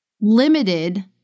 limited